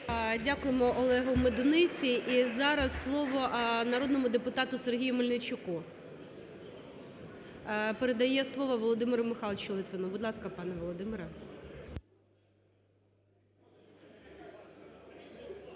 Дякуємо Олегу Медуниці. І зараз слово народному депутату Сергію Мельничуку. Передає слово Володимиру Михайловичу Литвину. Будь ласка, пане Володимире.